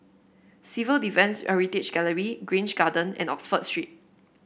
Civil Defence Heritage Gallery Grange Garden and Oxford Street